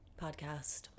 Podcast